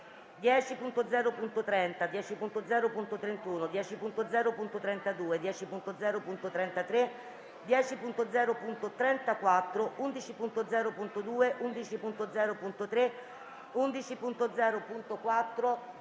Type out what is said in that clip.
10.0.30, 10.0.31, 10.0.32, 10.0.33, 10.0.34, 11.0.2, 11.0.3, 11.0.4,